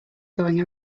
going